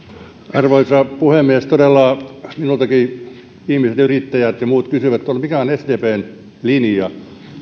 arvoisa puhemies todella minultakin ihmiset ja yrittäjät ja muut kysyvät mikä on sdpn linja